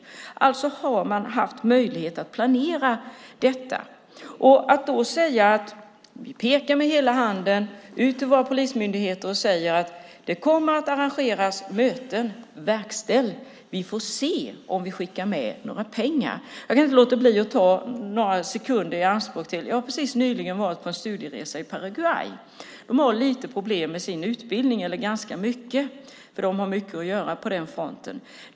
Man har alltså haft möjlighet att planera detta. Det är lite märkligt att då peka med hela handen till våra polismyndigheter och säga: Det kommer att arrangeras möten - verkställ! Vi får se om vi skickar med några pengar. Jag kan inte låta bli att ta några sekunder i anspråk för att berätta om en studieresa i Paraguay som jag nyligen har varit på. De har ganska stora problem med sin utbildning. De har mycket att göra på den fronten.